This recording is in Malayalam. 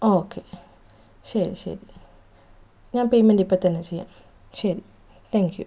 ഓക്കെ ശരി ശരി ഞാൻ പേയ്മെൻ്റ് ഇപ്പോൾ തന്നെ ചെയ്യാം ശരി താങ്ക് യു